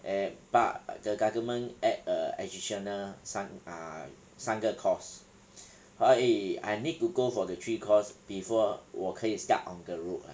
eh but the government add a additional 三 err 三个 course 所以 I need to go for the three course before 我可以 start on the road ah